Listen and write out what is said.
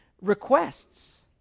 requests